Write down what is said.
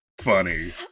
funny